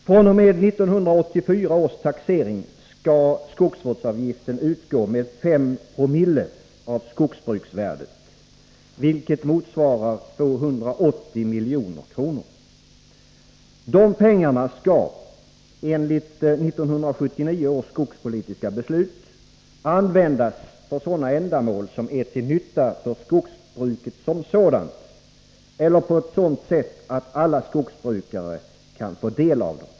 fr.o.m. 1984 års taxering skall skogsvårdsavgiften utgå med 5 Joo av skogsbruksvärdet, vilket motvarar 280 milj.kr. Dessa pengar skall, enligt 1979 års skogspolitiska beslut, användas för sådana ändamål som är till nytta för skogsbruket som sådant eller på ett sådant sätt att alla skogsbrukare kan få del av dem.